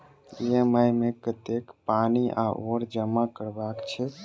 EMI मे कतेक पानि आओर जमा करबाक छैक?